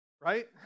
right